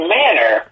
manner